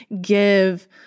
give